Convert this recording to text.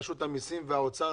רשות המסים ומשרד האוצר,